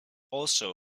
also